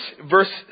verse